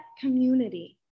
community